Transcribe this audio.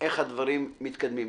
איך הדברים מתקדמים.